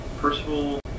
Percival